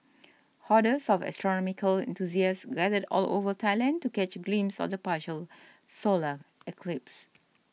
hordes of astronomical enthusiasts gathered all over Thailand to catch a glimpse of the partial solar eclipse